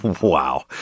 wow